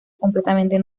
completamente